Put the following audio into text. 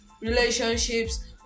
Relationships